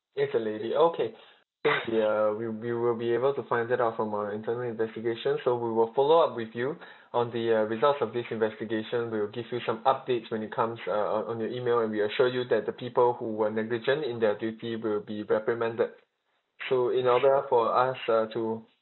it's a lady okay since you are we we will be able to find that out from our internal investigation so we will follow up with you on the uh results of this investigation we will give you some updates when it comes uh on on your email and we assure you that the people who were negligent in their duty will be reprimanded so in order for us uh to